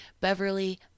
beverly